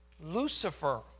Lucifer